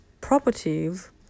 properties